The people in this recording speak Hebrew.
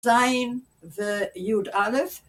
‫זין ויוד אלף.